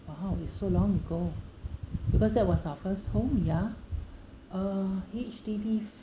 but how it's so long ago because that was our first home ya uh H_D_B